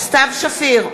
סתיו שפיר,